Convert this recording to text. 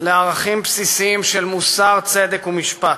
לערכים בסיסיים של מוסר, צדק ומשפט.